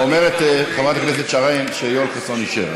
אומרת חברת הכנסת שרן שיואל חסון אישר,